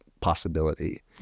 possibility